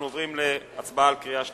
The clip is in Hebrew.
אנחנו עוברים להצבעה בקריאה שלישית.